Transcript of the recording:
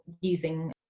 using